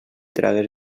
tragues